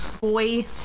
boy